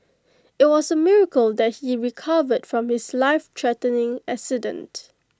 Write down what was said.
IT was A miracle that he recovered from his lifethreatening accident